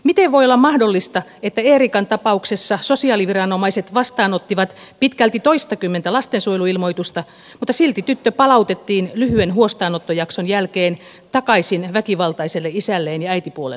miten voi olla mahdollista että eerikan tapauksessa sosiaaliviranomaiset vastaanottivat pitkälti toistakymmentä lastensuojeluilmoitusta mutta silti tyttö palautettiin lyhyen huostaanottojakson jälkeen takaisin väkivaltaiselle isälleen ja äitipuolelleen